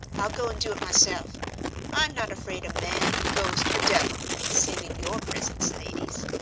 i'll go and do it myself i'm not afraid of man, ghost, or devil, saving your presence, ladies,